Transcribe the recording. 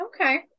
Okay